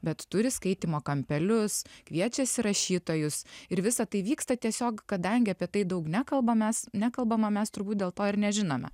bet turi skaitymo kampelius kviečiasi rašytojus ir visa tai vyksta tiesiog kadangi apie tai daug nekalbam mes nekalbama mes turbūt dėl to ir nežinome